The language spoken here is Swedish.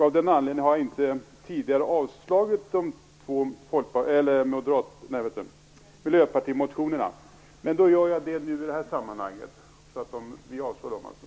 Av den anledningen har jag inte tidigare yrkat avslag på de två miljöpartimotionerna, vilket jag nu härmed gör. Jag yrkar alltså avslag på motionerna.